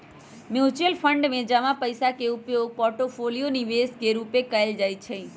mutual fund में जमा पइसा के उपयोग पोर्टफोलियो निवेश के रूपे कएल जाइ छइ